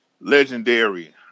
Legendary